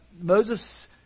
Moses